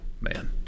man